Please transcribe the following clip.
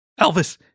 Elvis